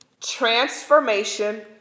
transformation